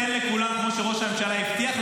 כמו שראש הממשלה הבטיח,